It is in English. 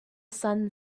sun